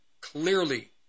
clearly